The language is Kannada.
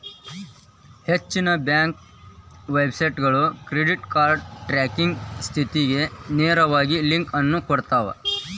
ಹೆಚ್ಚಿನ ಬ್ಯಾಂಕ್ ವೆಬ್ಸೈಟ್ಗಳು ಕ್ರೆಡಿಟ್ ಕಾರ್ಡ್ ಟ್ರ್ಯಾಕಿಂಗ್ ಸ್ಥಿತಿಗ ನೇರವಾಗಿ ಲಿಂಕ್ ಅನ್ನು ಕೊಡ್ತಾವ